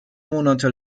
monate